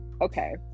okay